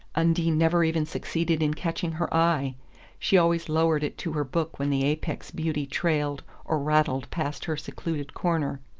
undine never even succeeded in catching her eye she always lowered it to her book when the apex beauty trailed or rattled past her secluded corner.